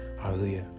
Hallelujah